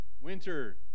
Winter